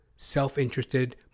Self-interested